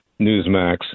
Newsmax